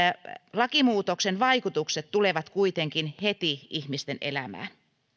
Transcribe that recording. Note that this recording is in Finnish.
lakimuutoksen vaikutukset tulevat kuitenkin heti ihmisten elämään